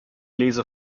lese